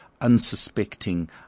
unsuspecting